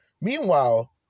Meanwhile